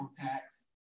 tax